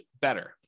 better